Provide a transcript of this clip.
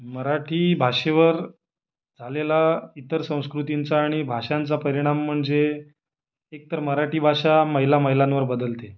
मराठी भाषेवर झालेला इतर संस्कृतींचा आणि भाषांचा परिणाम म्हणजे एकतर मराठी भाषा मैलामैलांवर बदलते